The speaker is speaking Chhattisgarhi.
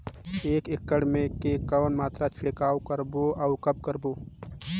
एक एकड़ मे के कौन मात्रा छिड़काव करबो अउ कब करबो?